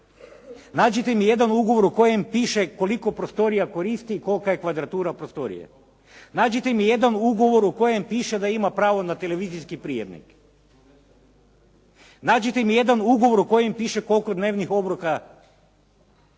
Nađite mi jedan ugovor u kojem piše koliko prostorija koristi i kolika je kvadratura prostorije. Nađite mi jedan ugovor u kojem piše da ima pravo na televizijskih prijemnik. Nađite mi jedan ugovor u kojem piše koliko dnevnih obroka, da ima